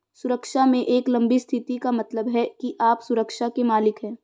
सुरक्षा में एक लंबी स्थिति का मतलब है कि आप सुरक्षा के मालिक हैं